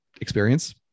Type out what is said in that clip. experience